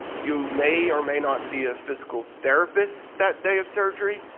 you may or may not see a physical therapist that day of surgery.